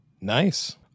Nice